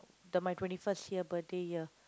the my twenty first year birthday year